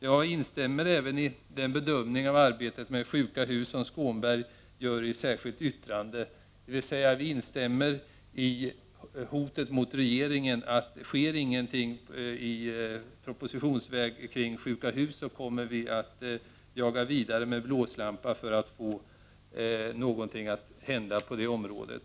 Jag instämmer även i den bedömning av arbetet med sjuka hus som Krister Skånberg gör i sitt särskilda yttrande. Jag instämmer alltså i hotet mot regeringen: Om det inte kommer någon proposition om de s.k. sjuka husen, kommer vi att jaga vidare med blåslampa — detta för att något skall hända på det området.